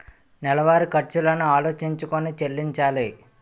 నెలవారి ఖర్చులను ఆలోచించుకొని చెల్లించాలి